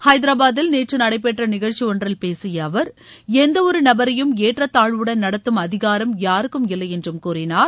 ஹைதராபாத்தில் நேற்று நடைபெற்ற நிகழ்ச்சி ஒன்றில் பேசிய அவர் எந்தவொரு நபரையும் ஏற்றத்தாழ்வுடன் நடத்தும் அதிகாரம் யாருக்கும் இல்லை என்றும் கூறினார்